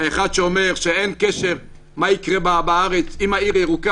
אחד שאומר מה יקרה בארץ עם עיר ירוקה.